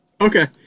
Okay